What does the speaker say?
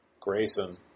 Grayson